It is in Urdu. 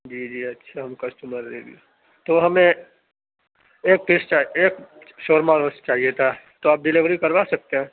جی جی اچھا ہم کسٹمر تو ہمیں ایک ٹیسٹ چاۓ ایک شورما روسٹ چاہیے تھا تو آپ ڈیلیوری کروا سکتے ہیں